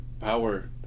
power